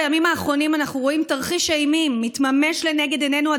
בימים האחרונים אנחנו רואים תרחיש אימים מתממש לנגד עינינו.